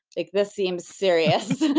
like this seems serious.